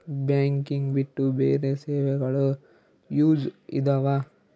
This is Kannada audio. ಬ್ಯಾಂಕಿಂಗ್ ಬಿಟ್ಟು ಬೇರೆ ಸೇವೆಗಳು ಯೂಸ್ ಇದಾವ?